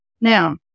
Now